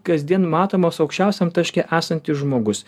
kasdien matomas aukščiausiam taške esantis žmogus